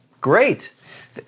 great